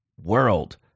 world